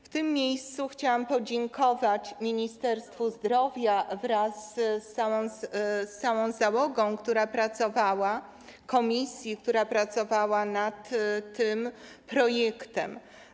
W tym miejscu chciałam podziękować Ministerstwu Zdrowia wraz z całą załogą, która pracowała, i komisji, która pracowała nad tym projektem.